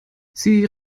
sie